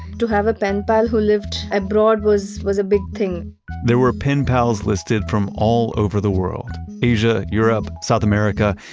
to have a pen pal who lived abroad was was a big thing there were pen pals listed from all over the world asia, europe, south america.